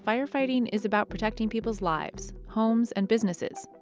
firefighting is about protecting people's lives, homes and businesses.